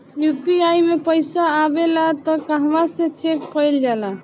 UPI मे पइसा आबेला त कहवा से चेक कईल जाला?